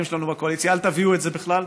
שלנו בקואליציה: אל תביאו את זה בכלל,